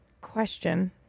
question